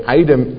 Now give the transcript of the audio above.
item